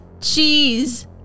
cheese